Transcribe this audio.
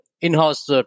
in-house